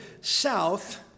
south